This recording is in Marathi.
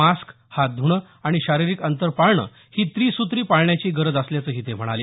मास्क हात ध्णं आणि शारिरीक अंतर पाळणं ही त्रिसूत्री पाळण्याची गरज असल्याचंही ते म्हणाले